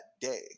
day